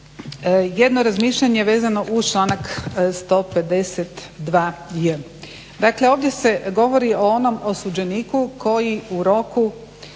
jedno razmišljanje vezano uz članak 152j. Dakle, ovdje se govori o onom osuđeniku koji u roku